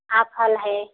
हाँ फल है